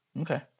Okay